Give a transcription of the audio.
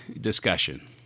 discussion